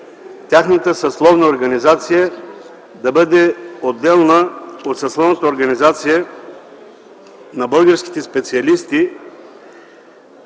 тяхната съсловна организация да бъде отделна от съсловната организация на медицинските специалисти,